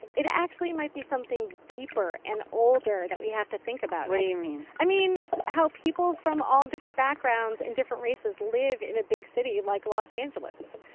it actually might be something deeper and older that we have to think about what do you mean? i mean, how people from all backgrounds and different races live in a big city like los angeles.